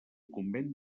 convent